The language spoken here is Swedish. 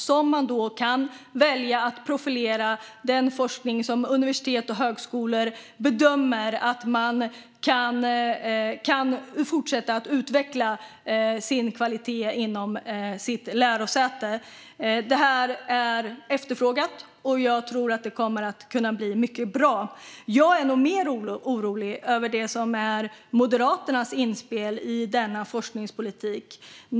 Man kan då välja att profilera den forskning som universitet och högskolor bedömer att de kan fortsätta att utveckla kvaliteten på inom sitt lärosäte. Detta är efterfrågat, och jag tror att det kommer att kunna bli mycket bra. Jag är nog mer orolig över Moderaternas inspel i denna forskningspolitik.